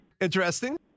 Interesting